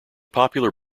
popular